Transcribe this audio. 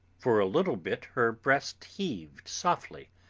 for a little bit her breast heaved softly,